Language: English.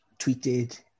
tweeted